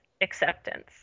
acceptance